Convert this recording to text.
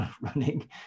running